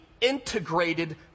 integrated